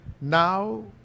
now